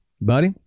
buddy